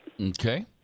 Okay